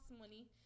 money